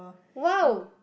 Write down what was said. !wow!